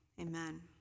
amen